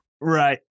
right